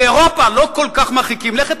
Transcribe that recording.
באירופה לא כל כך מרחיקים לכת,